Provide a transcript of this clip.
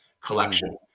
collection